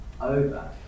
over